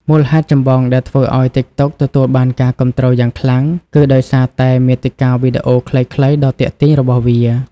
មូលហេតុចម្បងដែលធ្វើឱ្យ ទីកតុក ទទួលបានការគាំទ្រយ៉ាងខ្លាំង គឺដោយសារតែ មាតិកាវីដេអូខ្លីៗដ៏ទាក់ទាញ របស់វា។